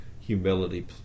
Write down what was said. Humility